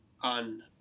on